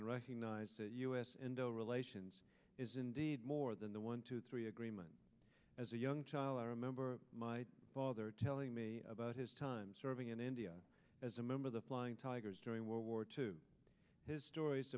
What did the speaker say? and recognise that us and our relations is indeed more than the one two three agreement as a young child i remember my father telling me about his time serving in india as a member of the flying tigers during world war two his stories